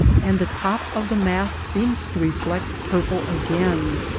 and the top of the mass seems to reflect purple again.